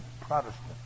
Protestant